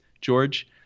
George